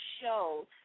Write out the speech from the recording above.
Show